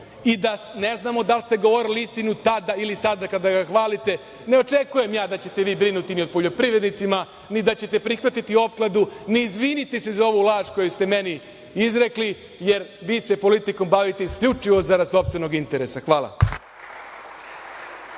i da ne znamo da li ste govorili istinu tada ili sada kada ga hvalite, ne očekujem ja da ćete vi brinuti ni o poljoprivrednicima, ni da ćete prihvatiti opkladu, ni izviniti se za ovu laž koju ste meni izrekli, jer vi se politikom bavite isključivo zarad sopstvenog interesa. Hvala.